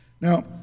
Now